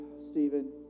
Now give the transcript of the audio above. Stephen